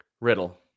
Riddle